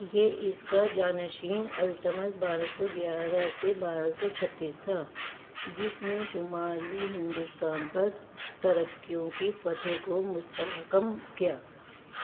یہ اس کا جانشین التمش بارہ سو گیارہ سے بارہ سو چھتیس تھا جس نے شمالی ہندوستان پر ترکیوں کی فتح کو مستحکم کیا